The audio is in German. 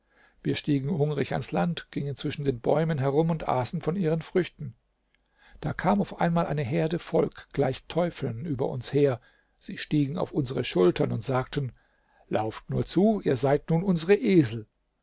wir stiegen hungrig ans land gingen zwischen den bäumen herum und aßen von ihren früchten da kam auf einmal ein herde volk gleich teufeln über uns her sie stiegen auf unsere schultern und sagten lauft nur zu ihr seid nun unsere esel